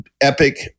Epic